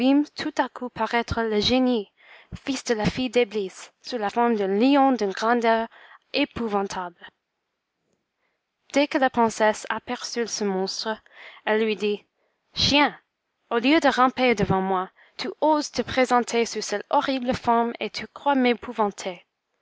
tout à coup paraître le génie fils de la fille d'eblis sous la forme d'un lion d'une grandeur épouvantable dès que la princesse aperçut ce monstre elle lui dit chien au lieu de ramper devant moi tu oses te présenter sous celle horrible forme et tu crois